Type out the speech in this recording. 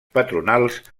patronals